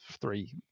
three